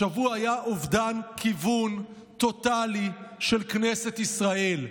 השבוע היה אובדן כיוון טוטאלי של כנסת ישראל.